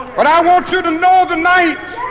but i want you to know tonight